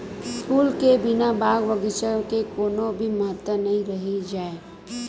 फूल के बिना बाग बगीचा के कोनो भी महत्ता नइ रहि जाए